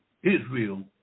Israel